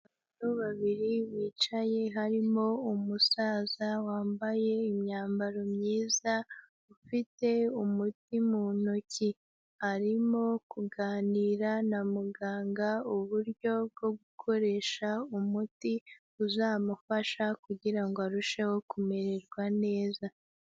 Abagabo babiri bicaye harimo umusaza wambaye imyambaro myiza, ufite umuti mu ntoki, arimo kuganira na muganga uburyo bwo gukoresha umuti uzamufasha kugira ngo arusheho kumererwa neza.